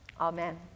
Amen